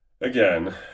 Again